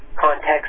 context